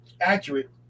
accurate